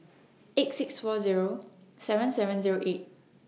eight six four Zero seven seven Zero eight